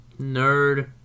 nerd